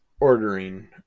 ordering